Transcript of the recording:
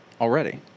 already